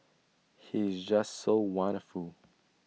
he is just so wonderful